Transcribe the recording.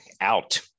out